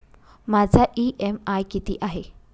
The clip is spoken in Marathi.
माझा इ.एम.आय किती आहे?